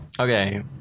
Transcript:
Okay